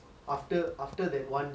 after knowing how to act